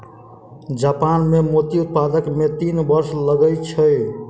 Japan मे मोती उत्पादन मे तीन वर्ष लगै छै